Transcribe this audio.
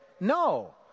no